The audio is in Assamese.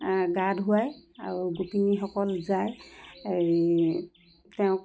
গা ধুৱায় আৰু গোপিনীসকল যায় হেৰি তেওঁক